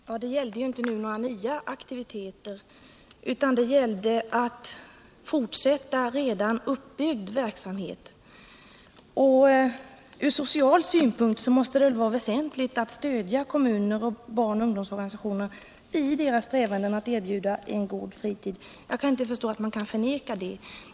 Herr talman! Det gällde nu inte några nya aktiviteter utan det gällde att fortsätta redan uppbyggd verksamhet. Från social synpunkt måste det vara väsentligt att stödja kommuner och barnoch ungdomsorganisationer i deras strävan att erbjuda en god fritid. Jag kan inte förstå att man kan förneka detta.